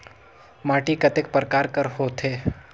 माटी कतेक परकार कर होथे?